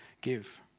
give